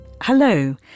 Hello